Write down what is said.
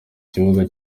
kibuga